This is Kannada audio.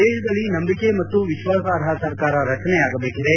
ದೇಶದಲ್ಲಿ ನಂಬಿಕೆ ಮತ್ತು ವಿಶ್ವಾಸಾರ್ಹ ಸರ್ಕಾರ ರಚನೆಯಾಗದೇಕಾಗಿದೆ